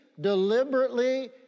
deliberately